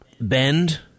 bend